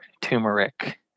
turmeric